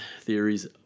theories